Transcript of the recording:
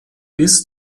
bis